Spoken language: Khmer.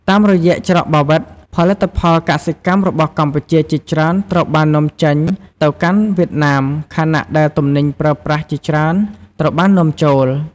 តាមរយៈច្រកបាវិត ផលិតផលកសិកម្មរបស់កម្ពុជាជាច្រើនត្រូវបាន នាំចេញទៅកាន់វៀតណាម ខណៈដែលទំនិញប្រើប្រាស់ជាច្រើនត្រូវបាននាំចូល។